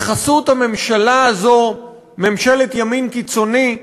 בחסות הממשלה הזאת, ממשלת ימין קיצוני,